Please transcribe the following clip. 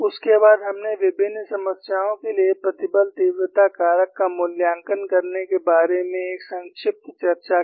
उसके बाद हमने विभिन्न समस्याओं के लिए प्रतिबल तीव्रता कारक का मूल्यांकन करने के बारे में एक संक्षिप्त चर्चा की